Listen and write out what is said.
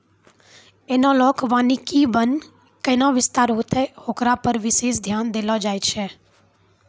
एनालाँक वानिकी वन कैना विस्तार होतै होकरा पर विशेष ध्यान देलो जाय छै